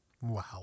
Wow